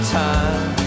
time